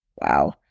Wow